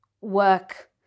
work